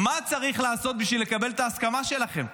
מה צריך לעשות בשביל לקבל את ההסכמה שלכם?